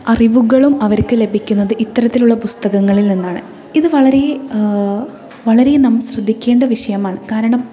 അറിവുകളും അവർക്ക് ലഭിക്കുന്നത് ഇത്തരത്തിലുള്ള പുസ്തകങ്ങളിൽ നിന്നാണ് ഇത് വളരെ വളരെ നാം ശ്രദ്ധിക്കേണ്ട വിഷയമാണ് കാരണം